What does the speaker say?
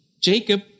Jacob